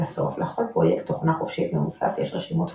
לבסוף לכל פרויקט תוכנה חופשית מבוסס יש רשימת תפוצה,